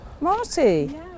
Marty